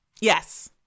Yes